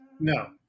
No